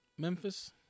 Memphis